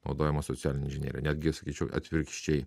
naudojama socialinė inžinierija netgi sakyčiau atvirkščiai